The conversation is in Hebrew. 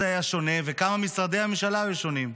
היה שונה וכמה משרדי הממשלה היו שונים.